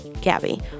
gabby